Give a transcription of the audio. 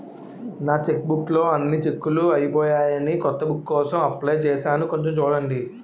నా చెక్బుక్ లో అన్ని చెక్కులూ అయిపోయాయని కొత్త బుక్ కోసం అప్లై చేసాను కొంచెం చూడండి